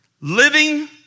Living